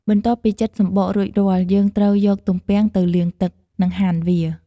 បន្ទាប់ពីចិតសំបករួចរាល់ យើងត្រូវយកទំពាំងទៅលាងទឹក និងហាន់វា។